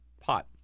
Pot